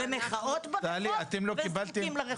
במחאות ברחוב וזרוקים לרחוב.